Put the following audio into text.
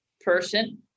person